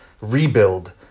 rebuild